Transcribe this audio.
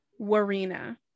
Warina